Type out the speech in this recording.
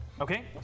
Okay